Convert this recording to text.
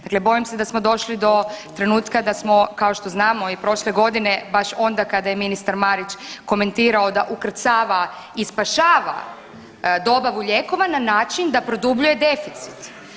Dakle, bojim se da smo došli do trenutka da smo kao što znamo i prošle godine baš onda kada je ministar Marić komentirao da ukrcava i spašava dobavu lijekova na način da produbljuje deficit.